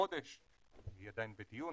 כחודש והיא עדיין בדיון,